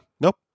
nope